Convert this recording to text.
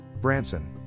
Branson